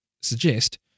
suggest